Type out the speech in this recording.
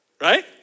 right